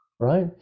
Right